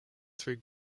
through